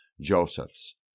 Joseph's